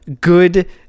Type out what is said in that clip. good